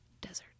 desert